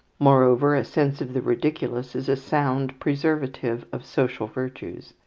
moreover, a sense of the ridiculous is a sound preservative of social virtues.